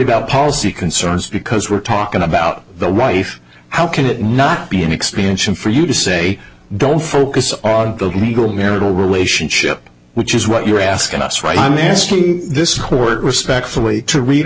about policy concerns because we're talking about the life how can it not be an expansion for you to say don't focus on the legal marital relationship which is what you're asking us right i'm asking this court respectfully to read